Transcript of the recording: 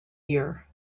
year